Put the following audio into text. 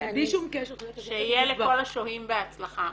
שיהיה לכל השוהים בהצלחה.